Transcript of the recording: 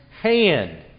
hand